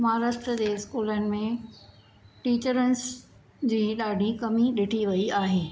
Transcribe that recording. महाराष्ट्र जे स्कूलनि में टीचरन्स जी ॾाढी कमी ॾिठी वई आहे